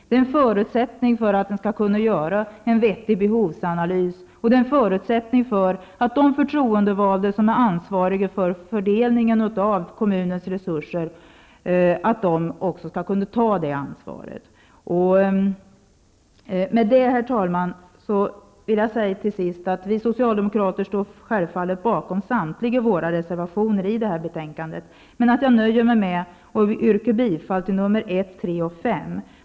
Det är en förutsättning för att man skall kunna göra en vettig behovsanalys, och det är en förutsättning för att de förtroendevalda som är ansvariga för fördelningen av kommunens resurser också skall kunna ta det ansvaret. Herr talman! Vi socialdemokrater står självfallet bakom samtliga våra reservationer i detta betänkande, men jag nöjer mig med att yrka bifall till nr 1,3 och 5.